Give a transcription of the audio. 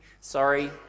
sorry